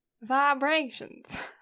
Vibrations